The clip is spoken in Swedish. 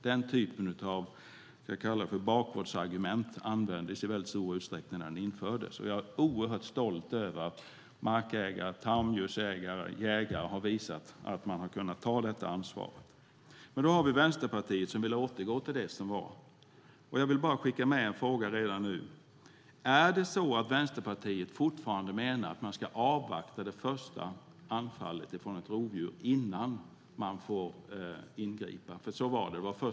Den typen av bakgårdsargument användes i väldigt stor utsträckning när ändringen infördes, och jag är oerhört stolt över att markägare, tamdjursägare och jägare har visat att man har kunnat ta detta ansvar. Men så har vi Vänsterpartiet som vill återgå till det som var. Jag vill skicka med en fråga redan nu: Menar Vänsterpartiet fortfarande att man ska avvakta det första anfallet från ett rovdjur innan man får ingripa? Så var det tidigare.